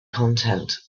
content